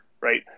right